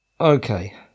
Okay